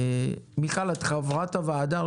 מיכל תחליף אותי.